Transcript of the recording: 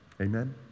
Amen